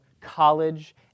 college